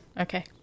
Okay